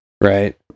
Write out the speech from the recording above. right